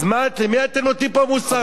אז למי אתם נותנים פה מוסר עכשיו?